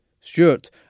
Stuart